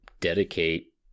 dedicate